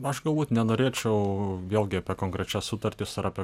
aš galbūt nenorėčiau vėlgi apie konkrečias sutartis ar apie